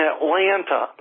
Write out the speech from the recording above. Atlanta